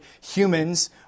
humans